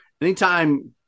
Anytime